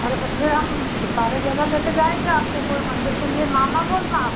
अरे फिर हम सारे जगह ले कर जाएंगे आपको कोई मंदिर के लिए न न बोलना आप